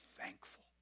thankful